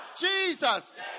Jesus